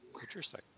Interesting